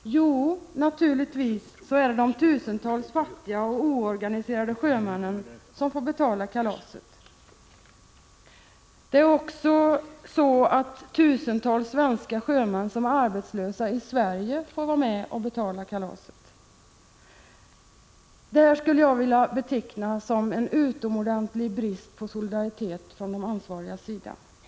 Jo, naturligtvis är det de tusentals fattiga och oorganiserade sjömännen som får betala kalaset. Tusentals svenska sjömän som är arbetslösa i Sverige får också vara med och betala kalaset. Jag skulle vilja beteckna detta som en utomordentlig brist på solidaritet från de ansvarigas sida.